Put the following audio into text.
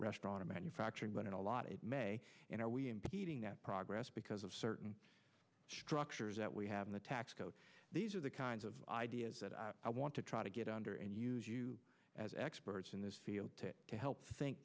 restaurant or manufacturing but in a lot it may and are we impeding that progress because of certain structures that we have in the tax code these are the kinds of ideas that i want to try to get under and use you as experts in this field to help think